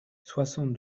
soixante